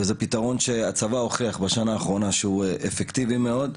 וזה פתרון שהצבא הוכיח בשנה האחרונה שהוא אפקטיבי מאוד.